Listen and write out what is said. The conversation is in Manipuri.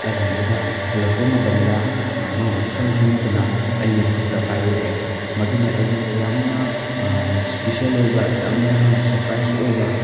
ꯆꯠꯂ ꯀꯥꯟꯁꯤꯗ ꯍꯂꯛꯄ ꯃꯇꯝꯗ ꯃꯥꯅ ꯏꯈꯪ ꯈꯪꯍꯧꯗꯅ ꯑꯩꯒꯤ ꯈꯨꯠꯇ ꯄꯥꯏꯔꯛꯑꯦ ꯃꯗꯨꯅ ꯑꯩꯉꯣꯟꯗ ꯌꯥꯝꯅ ꯏꯁꯄꯤꯁꯦꯜ ꯑꯣꯏꯕ ꯌꯥꯝꯅ ꯁꯔꯄ꯭ꯔꯥꯏꯁ ꯑꯣꯏꯕ